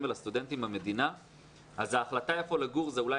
ולסטודנטים במדינה אז ההחלטה איפה לגור זה אולי